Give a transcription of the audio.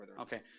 Okay